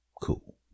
cool